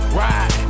ride